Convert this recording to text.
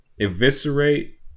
Eviscerate